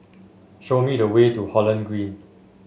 show me the way to Holland Green